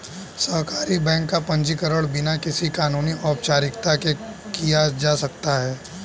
सहकारी बैंक का पंजीकरण बिना किसी कानूनी औपचारिकता के किया जा सकता है